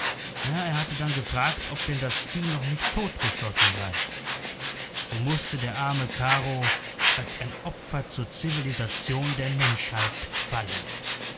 er hatte dann gefragt ob denn das vieh noch nicht totgeschossen sei so mußte der arme karo als ein opfer zur zivilisation der menschheit fallen